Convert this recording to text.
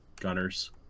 gunners